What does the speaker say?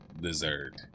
dessert